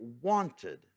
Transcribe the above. wanted